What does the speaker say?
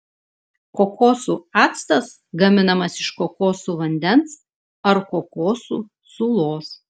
kokosų actas gaminamas iš kokosų vandens ar kokosų sulos